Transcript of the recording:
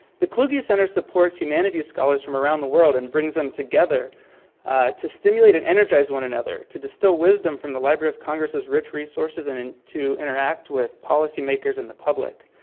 the kluge center supports humanity scholars from around the world and brings them together to stimulate and energize one another, to distill wisdom from the library of congress' rich resources and and to interact with policy makers and the public.